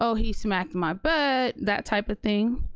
ah he smacked my butt, that type of thing.